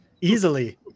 easily